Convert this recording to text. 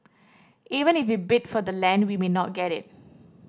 even if we bid for the land we may not get it